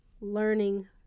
learning